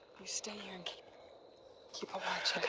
you stay here and keep. a keep a watch